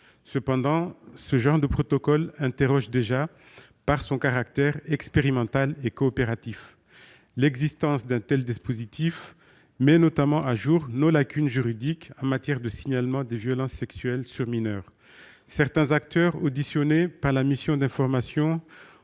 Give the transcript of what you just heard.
Cependant, ce genre de protocole nous interroge déjà par son caractère expérimental et coopératif. L'existence d'un tel dispositif met notamment au jour nos lacunes juridiques en matière de signalement des violences sexuelles sur mineurs. Certains acteurs auditionnés par la mission d'information